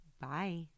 Bye